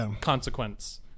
consequence